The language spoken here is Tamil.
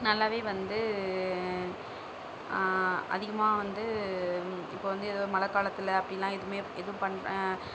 நல்லாகவே வந்து அதிகமாக வந்து இப்போ வந்து ஏதோ மழைக்காலத்தில் அப்படிலாம் எதுவுமே இதைப் பண்றேன்